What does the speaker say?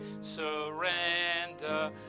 surrender